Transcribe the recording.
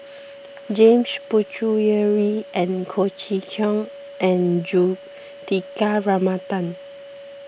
James Puthucheary and Chee Kong and Juthika Ramanathan